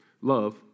Love